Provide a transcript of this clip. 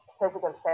physical